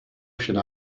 should